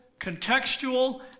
contextual